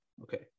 Okay